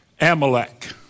Amalek